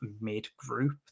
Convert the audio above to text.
mid-group